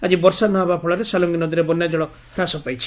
ଆକି ବର୍ଷା ନହେବା ଫଳରେ ସାଲ୍ବଙ୍ଗି ନଦୀରେ ବନ୍ୟା ଜଳ ହ୍ରାସ ପାଇଛି